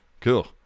Cool